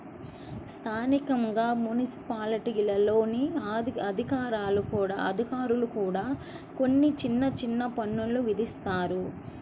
స్థానికంగా మున్సిపాలిటీల్లోని అధికారులు కూడా కొన్ని చిన్న చిన్న పన్నులు విధిస్తారు